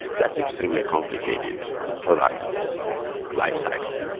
that's extremely complicated product lifecycle.